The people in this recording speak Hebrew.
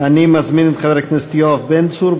אני מזמין את חבר הכנסת יואב בן צור,